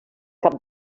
cap